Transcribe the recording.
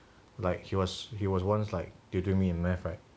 like he was he was one like tutoring in math right